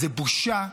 זו בושה,